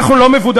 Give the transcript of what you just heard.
אנחנו לא מבודדים,